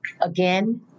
again